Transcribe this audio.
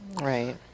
Right